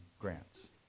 grants